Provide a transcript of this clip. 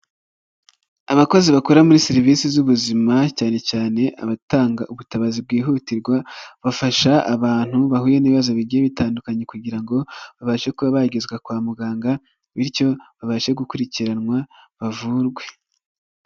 Abakozi bakora muri serivisi z'ubuzima cyane cyane abatanga ubutabazi bwihutirwa, bafasha abantu bahuye n'ibibazo bigiye bitandukanye kugira ngo babashe kuba bagezezwa kwa muganga bityo babashe gukurikiranwa bavurwe.